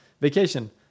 vacation